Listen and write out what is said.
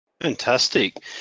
Fantastic